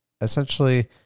essentially